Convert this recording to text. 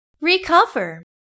Recover